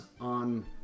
on